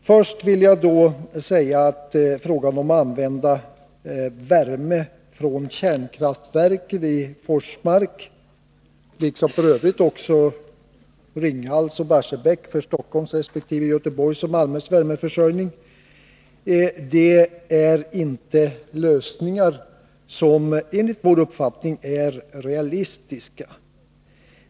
Först vill jag säga att användandet av värme från kärnkraftverket i Forsmark liksom f. ö. också från kärnkraftverken Ringhals och Barsebäck för Stockholms resp. Göteborgs och Malmös värmeförsörjning inte är lösningar som enligt vår mening är realistiska.